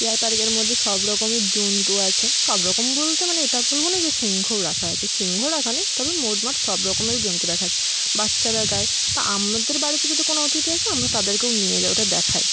deer পার্কের মধ্যে সব রকমের জন্তু আছে সব রকম বলতে মানে এটা বলবো না যে সিংহও রাখা আছে সিংহ রাখা নেই তবে মোটমাট সব রকমের জন্তু রাখা আছে বাচ্চারা গায় বা আমাদের বাড়িতে যদি কোনো অতিথি আসে আমরা তাদেরকেও নিয়ে যাই ওটা দেখাই